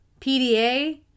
PDA